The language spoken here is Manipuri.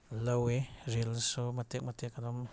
ꯂꯧꯏ ꯔꯤꯜꯁꯁꯨ ꯃꯇꯦꯛ ꯃꯇꯦꯛ ꯑꯗꯨꯝ